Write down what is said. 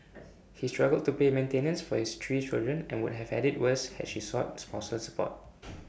he struggled to pay maintenance for his three children and would have had IT worse had she sought spousal support